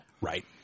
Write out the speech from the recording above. Right